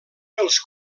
els